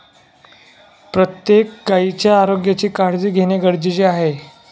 प्रत्येक गायीच्या आरोग्याची काळजी घेणे गरजेचे आहे